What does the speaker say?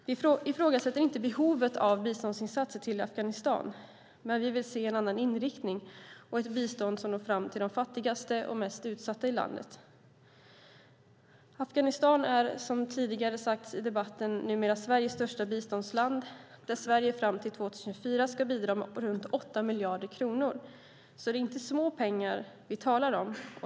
Vi ifrågasätter inte behovet av biståndsinsatser i Afghanistan, men vi vill se en annan inriktning och ett bistånd som når fram till de fattigaste och mest utsatta i landet. Afghanistan är, som tidigare sagts i debatten, numera Sveriges största biståndsland. Sverige ska fram till 2024 bidra med runt 8 miljarder kronor, så det är inte små pengar vi talar om.